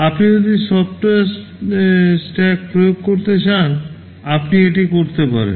আপনি যদি software stack প্রয়োগ করতে চান আপনি এটি করতে পারেন